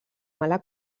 mala